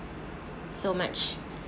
so much